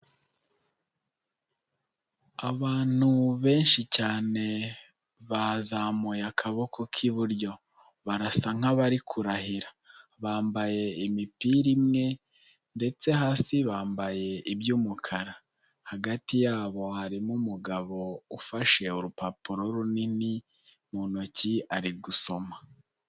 Abantu benshi cyane bazamuye akaboko k'iburyo, barasa nk'abari kurahira bambaye imipira imwe ndetse hasi bambaye iby'umukara, hagati yabo harimo umugabo ufashe urupapuro runini mu ntoki ari gusoma.